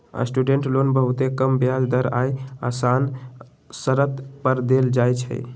student loan बहुते कम ब्याज दर आऽ असान शरत पर देल जाइ छइ